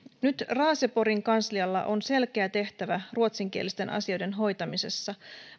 nyt raaseporin kanslialla on selkeä tehtävä ruotsinkielisten asioiden hoitamisessa